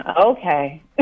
okay